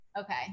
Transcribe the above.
Okay